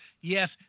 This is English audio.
yes